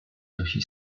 nosi